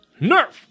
Nerf